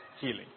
healing